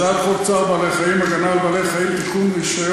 זו הצעת חוק צער בעלי-חיים (הגנה על בעלי-חיים) (תיקון,